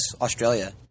Australia